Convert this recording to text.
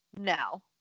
No